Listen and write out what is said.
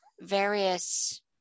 various